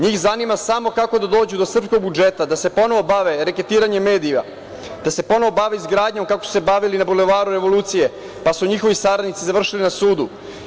Njih zanima samo kako da dođu do srpskog budžeta, da se ponovo bave reketiranjem medija, da se ponovo bave izgradnjom kako su se bavili na Bulevaru Revolucije, pa su njihovi saradnici završili na sudu.